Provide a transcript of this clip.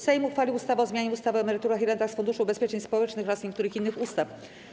Sejm uchwalił ustawę o zmianie ustawy o emeryturach i rentach z Funduszu Ubezpieczeń Społecznych oraz niektórych innych ustaw.